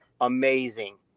amazing